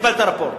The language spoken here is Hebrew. קיבלת רפורט,